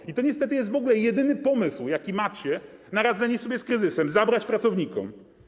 I to niestety jest w ogóle jedyny pomysł, jaki macie, na radzenie sobie z kryzysem: zabrać pracownikom.